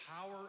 power